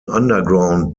underground